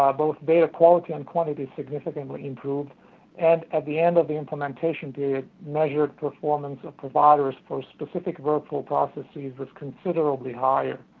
ah both data quality and quantity significantly improved and, at the end of the implementation period, measured performance of providers for specific vertical processes was considerably higher.